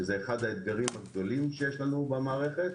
שזה אחד האתגרים הגדולים שיש לנו במערכת,